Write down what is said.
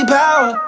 power